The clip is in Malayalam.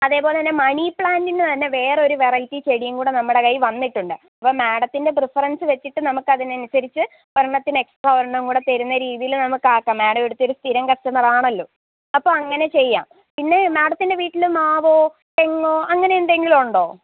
അതേപോലെത്തന്നെ മണിപ്ലാന്റിന്റെ തന്നെ വേറെ ഒരു വെറൈറ്റി ചെടിയുംകൂടെ നമ്മുടെ കയ്യിൽ വന്നിട്ടുണ്ട് അപ്പോൾ മാഡത്തിന്റെ പ്രിഫറന്സ് വെച്ചിട്ട് നമുക്ക് അത് അനുസരിച്ച് ഒരെണ്ണത്തിന് എക്സ്ട്രാ ഒരെണ്ണംകൂടെ തരുന്ന രീതിയിൽ നമുക്ക് ആക്കാം മാഡം ഇവിടുത്തെ ഒരു സ്ഥിരം കസ്റ്റമർ ആണല്ലോ അപ്പോൾ അങ്ങനെ ചെയ്യാം പിന്നെ മാഡത്തിന്റെ വീട്ടിൽ മാവോ തെങ്ങോ അങ്ങനെ എന്തെങ്കിലും ഉണ്ടോ